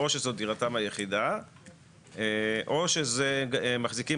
או שזו דירתם היחידה או שהם מחזיקים